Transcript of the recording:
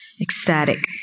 Ecstatic